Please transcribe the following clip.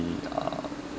be uh